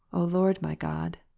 o lord my god,